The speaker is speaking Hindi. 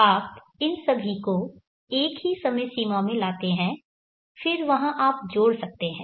आप इन सभी को एक ही समय सीमा में लाते हैं फिर वहां आप जोड़ सकते हैं